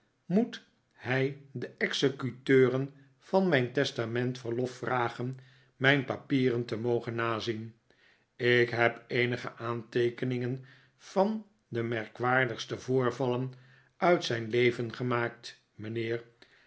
moet hij de executeuren van mijn testament verlof vragen mijn papieren te mogen nazien ik heb eenige aanteekeningen van de merkwaardigste voorvallen uit zijn leven gemaakt mijnheer